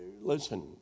listen